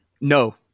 no